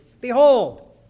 behold